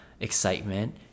excitement